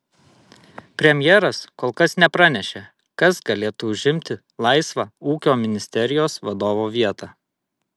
premjeras kol kas nepranešė kas galėtų užimti laisvą ūkio ministerijos vadovo vietą